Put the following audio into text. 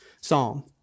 Psalm